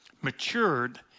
Matured